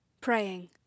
praying